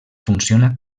funciona